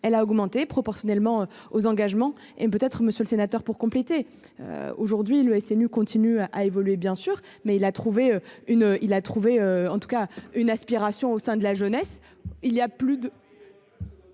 elle a augmenté proportionnellement aux engagements et peut être monsieur le sénateur, pour compléter. Aujourd'hui, le SNU continue à évoluer bien sûr mais il a trouvé une, il a trouvé en tout cas une aspiration au sein de la jeunesse. Il y a plus d'.